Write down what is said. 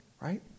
right